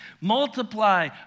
multiply